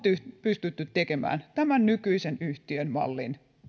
pystytty tekemään tämän nykyisen yhtiön mallin